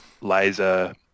laser